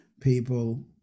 people